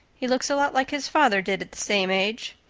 he looks a lot like his father did at the same age.